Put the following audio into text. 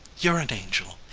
you're an angel,